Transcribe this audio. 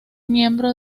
miembro